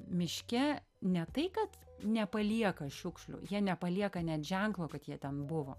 miške ne tai kad nepalieka šiukšlių jie nepalieka net ženklo kad jie ten buvo